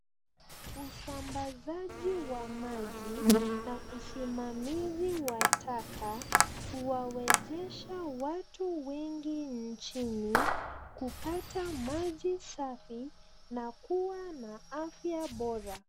Usambazaji wa maji na usimamizi wa taka huwawezesha watu wengi nchini kupata maji safi na kuwa na afya bora.